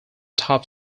top